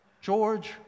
George